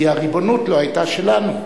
כי הריבונות לא היתה שלנו.